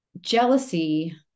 jealousy